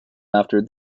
after